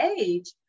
age